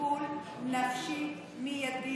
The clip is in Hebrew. שהיית חברה בה, שמדברת על טיפול נפשי מיידי,